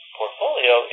portfolio